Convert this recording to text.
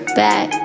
back